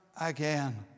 again